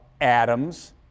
atoms